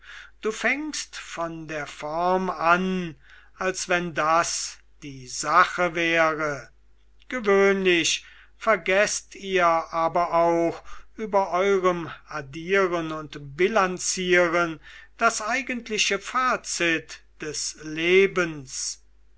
du fängst von der form an als wenn das die sache wäre gewöhnlich vergeßt ihr aber auch über eurem addieren und bilancieren das eigentliche fazit des lebens